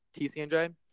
TCNJ